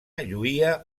lluïa